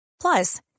Plus